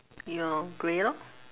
ya grey lor